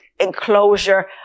enclosure